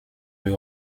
lui